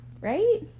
right